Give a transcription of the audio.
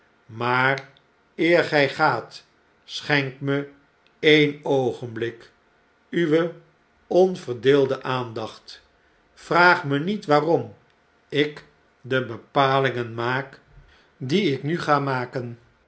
maar eer gy gaat schenk me een oogenblik uwe onverdeelde aandacht vraag me niet waarom ik de bepalingen maak die ik nu ga maken